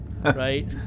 Right